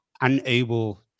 unable